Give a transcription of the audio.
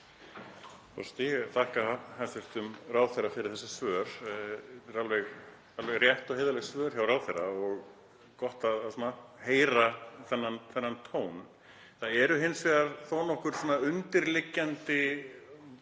Það eru hins vegar þó nokkur undirliggjandi